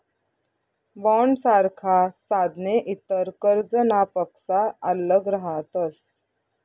बॉण्डसारखा साधने इतर कर्जनापक्सा आल्लग रहातस